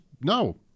no